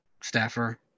staffer